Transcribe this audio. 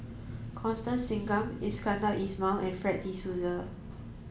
Constance Singam Iskandar Ismail and Fred de Souza